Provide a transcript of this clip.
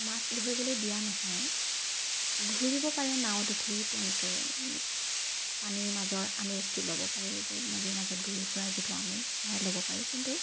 মাছ ধৰিবলৈ দিয়া নহয় ঘূৰিব পাৰে নাওত উঠি তেওঁলোকে পানীৰ মাজৰ আমেজটো ল'ব পাৰে যে নদীৰ মাজত ঘূৰি ফুৰাৰ যিটো আমেজ সেয়া ল'ব পাৰে কিন্তু